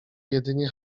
jedynie